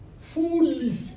fully